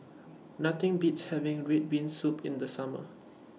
Nothing Beats having Red Bean Soup in The Summer